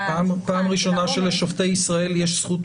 --- פעם ראשונה שלשופטי ישראל יש זכות,